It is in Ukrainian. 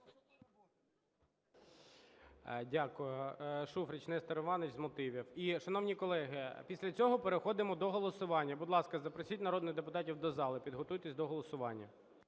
Дякую. Шуфрич Нестор Іванович – з мотивів. І, шановні колеги, після цього переходимо до голосування. Будь ласка, запросіть народних депутатів до зали, підготуйтесь до голосування.